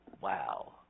wow